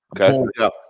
Okay